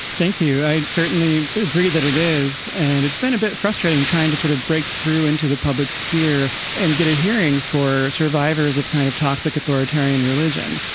thank you. i certainly agree that it is. and it's been a bit frustrating trying to sort of break through into the public sphere and get a hearing for survivors of kind of toxic authoritarian religion.